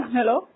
Hello